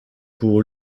pour